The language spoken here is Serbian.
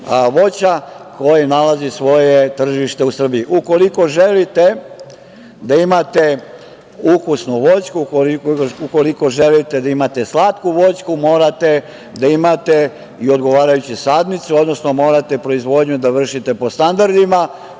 voća koje nalazi svoje tržište u Srbiji. Ukoliko želite da imate ukusnu voćku, ukoliko želite da imate slatku voćku morate da imate i odgovarajuće sadnice, odnosno morate proizvodnju da vršite po standardima,